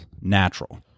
natural